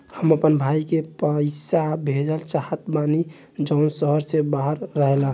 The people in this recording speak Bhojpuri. हम अपना भाई के पइसा भेजल चाहत बानी जउन शहर से बाहर रहेला